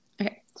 Okay